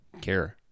care